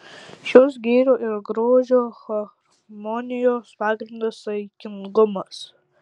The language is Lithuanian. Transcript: šios gėrio ir grožio harmonijos pagrindas saikingumas